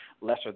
lesser